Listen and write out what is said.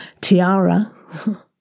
tiara